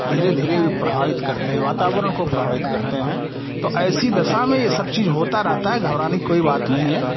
धीरे धीरे वे प्रभावित करते हैं वातावरण को प्रभावित करते हैं तो ऐसी दशा में ये सब चीज होता रहता है घबराने की कोई बात नहीं है